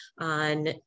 on